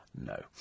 No